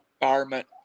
environment